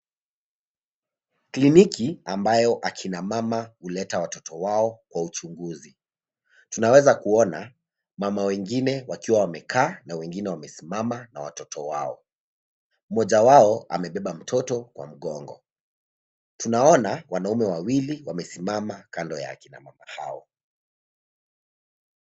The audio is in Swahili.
Kliniki ambayo akina mama huleta watoto wao kwa uchunguzi. Tunaweza kuona mama wengine wakiwa wamekaa na wengine wamesimama na watoto wao. Mmoja wao amebeba mtoto kwa mgongo. Tunaona wanaume wawili wamesimama kando ya kina mama hao.